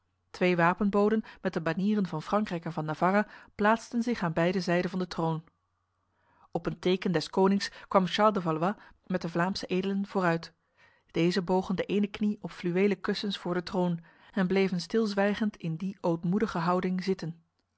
twee wapenboden met de banieren van frankrijk en van navarra plaatsten zich aan beide zijden van de troon op een teken des konings kwam charles de valois met de vlaamse edelen vooruit deze bogen de ene knie op fluwelen kussens voor de troon en bleven stilzwijgend in die ootmoedige houding zitten